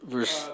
Verse